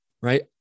Right